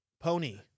Pony